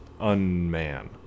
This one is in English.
unman